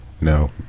No